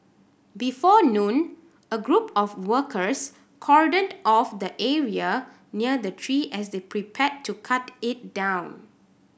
before noon a group of workers cordoned off the area near the tree as they prepared to cut it down